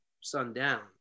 sundown